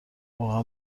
واقعا